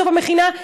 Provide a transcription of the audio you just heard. בסוף המכינה,